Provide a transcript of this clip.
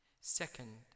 Second